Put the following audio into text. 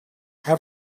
have